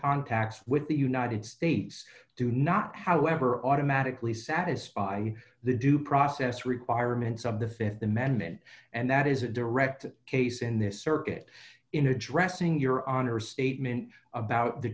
contacts with the united states do not however automatically satisfy the due process requirements of the th amendment and that is a direct case in this circuit in addressing your honor statement about the